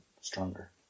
stronger